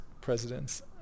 presidents